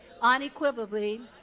unequivocally